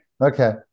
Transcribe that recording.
Okay